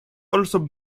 also